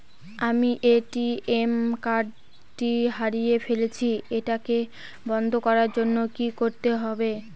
আমি ATM card টি হারিয়ে ফেলেছি এটাকে বন্ধ করার জন্য কি করতে হবে?